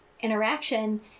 interaction